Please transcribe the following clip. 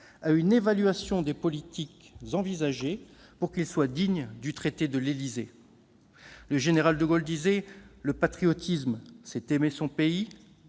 à une évaluation des politiques envisagées, pour qu'il soit digne du traité de l'Élysée. Le général de Gaulle disait :« Le patriotisme, c'est aimer son pays